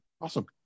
Awesome